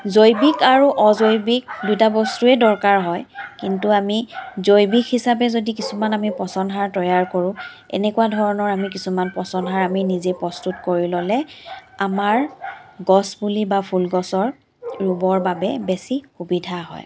জৈৱিক আৰু অজৈৱিক দুটা বস্তুৱে দৰকাৰ হয় কিন্তু আমি জৈৱিক হিচাপে যদি কিছুমান আমি পচন সাৰ তৈয়াৰ কৰোঁ এনেকুৱা ধৰণৰ আমি কিছুমান পচন সাৰ নিজে প্ৰস্তুত কৰি ল'লে আমাৰ গছপুলি বা ফুলগছৰ ৰুবৰ বাবে বেছি সুবিধা হয়